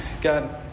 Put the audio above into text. God